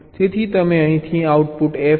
તેથી તમે અહીંથી આઉટપુટ f લો